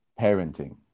parenting